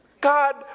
God